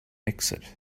exit